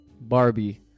Barbie